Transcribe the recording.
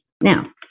Now